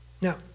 Now